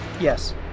Yes